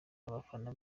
n’abafana